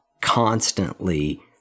constantly